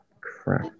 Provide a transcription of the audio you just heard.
crap